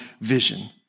vision